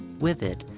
with it,